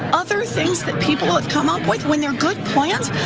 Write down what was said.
other things that people have come up with, when they're good plans,